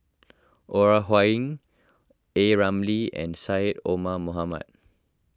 Ore Huiying A Ramli and Syed Omar Mohamed